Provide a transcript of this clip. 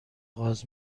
آغاز